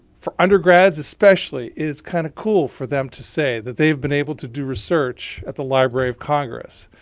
for undergrads especially it is kind of cool for them to say that they've been able to do research at the library of congress.